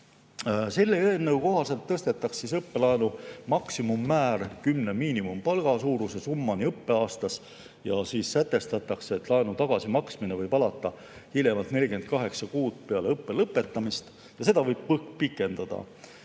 Selle eelnõu kohaselt tõstetaks õppelaenu maksimummäär 10 miinimumpalga suuruse summani õppeaastas ja sätestataks, et laenu tagasimaksmine võib alata hiljemalt 48 kuud peale õppe lõpetamist ja seda võib pikendada.